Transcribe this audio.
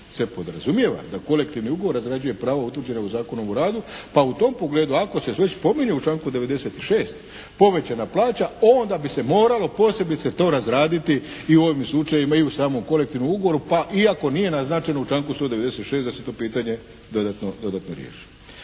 se podrazumijeva da kolektivni ugovor razrađuje pravo utvrđeno u Zakonu o radu pa u tom pogledu ako se već spominju u članku 96. povećana plaća onda bi se moralo posebice to razraditi i u ovim slučajevima i u samom kolektivnom ugovoru, pa iako nije naznačeno u članku 196. da se to pitanje dodatno riješi.